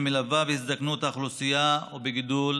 המלֻווה בהזדקנות האוכלוסייה ובגידול